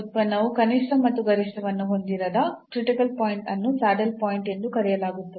ಉತ್ಪನ್ನವು ಕನಿಷ್ಠ ಮತ್ತು ಗರಿಷ್ಠವನ್ನು ಹೊಂದಿರದ ಕ್ರಿಟಿಕಲ್ ಪಾಯಿಂಟ್ ಅನ್ನು ಸ್ಯಾಡಲ್ ಪಾಯಿಂಟ್ ಎಂದು ಕರೆಯಲಾಗುತ್ತದೆ